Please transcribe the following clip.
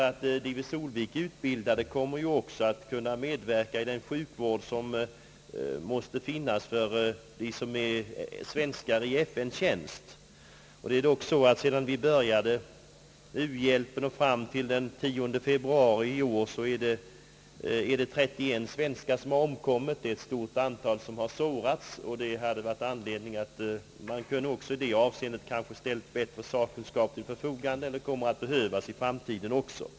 Vid Solvik utbildade kommer också att kunna medverka i den sjukvård som måste finnas för svenskar i FN:s tjänst. Sedan vi började u-bjälpen och fram till den 10 februari i år har 31 svenskar omkommit i sådan tjänst, och ett stort antal har sårats. Det hade varit anledning att i detta avseende ställa mera utbildad personal till förfogande. Det kommer att behövas i framtiden också.